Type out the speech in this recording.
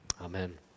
Amen